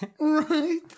right